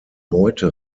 beute